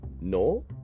no